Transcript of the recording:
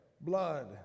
blood